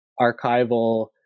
archival